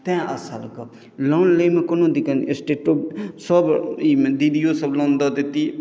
तैँ असल गप्प लोन लै मे कोनो दिक्कत नहि स्टेटोसभ दीदिओसभ लोन दऽ देतीह